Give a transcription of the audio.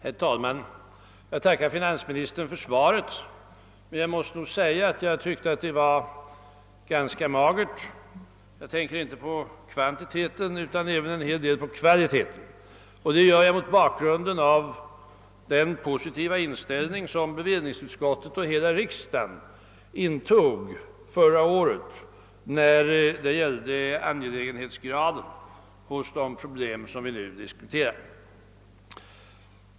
Herr talman! Jag tackar finansministern för svaret, men jag måste säga att det var ganska magert. Jag tänker då inte bara på kvantiteten utan även på kvaliteten. Och det gör jag mot bakgrunden av den positiva inställning som bevillningsutskottet och hela riksdagen intog förra året när det gäller angelägenhetsgraden hos de problem som vi nu diskuterar.